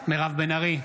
מירב בן ארי,